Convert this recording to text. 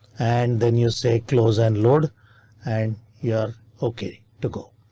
and then you say close and load and you're ok to go.